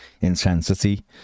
intensity